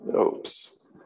Oops